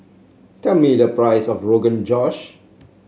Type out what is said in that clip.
tell me the price of Rogan Josh